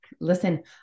Listen